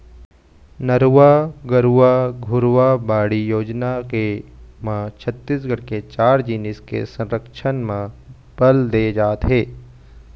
नरूवा, गरूवा, घुरूवा, बाड़ी योजना के म छत्तीसगढ़ के चार जिनिस के संरक्छन म बल दे जात हे